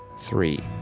Three